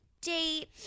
date